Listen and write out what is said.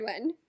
one